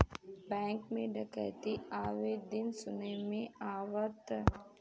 bank में डकैती आये दिन सुने में आवता